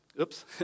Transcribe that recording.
Oops